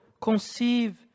conceive